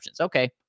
Okay